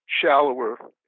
shallower